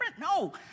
No